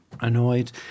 annoyed